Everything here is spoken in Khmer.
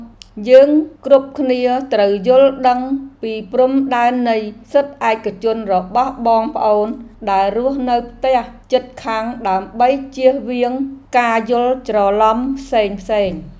យើងគ្រប់គ្នាត្រូវយល់ដឹងពីព្រំដែននៃសិទ្ធិឯកជនរបស់បងប្អូនដែលរស់នៅផ្ទះជិតខាងដើម្បីជៀសវាងការយល់ច្រឡំផ្សេងៗ។